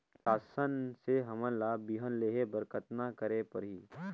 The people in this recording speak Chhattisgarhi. शासन से हमन ला बिहान लेहे बर कतना करे परही?